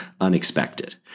unexpected